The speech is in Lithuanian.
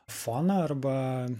foną arba